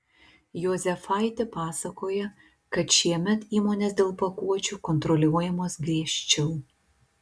juozefaitė pasakoja kad šiemet įmonės dėl pakuočių kontroliuojamos griežčiau